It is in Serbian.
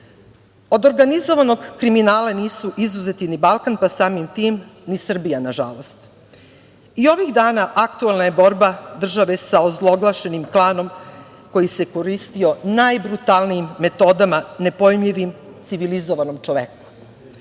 organizovanog kriminala nisu izuzeti ni Balkan, pa samim tim ni Srbija, nažalost. I ovih dana aktuelna je borba države sa ozloglašenim klanom koji se koristio najbrutalnijim metodama, nepojmljivim civilizovanom čoveku.